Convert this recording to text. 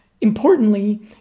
importantly